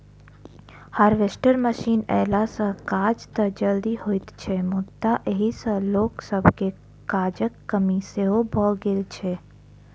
harvester machine अयला सॅ काज त जल्दी होइत छै मुदा एहि सॅ लोक सभके काजक कमी सेहो भ गेल छै